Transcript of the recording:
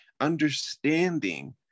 Understanding